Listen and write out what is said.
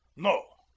no.